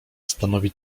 stanowi